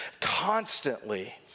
constantly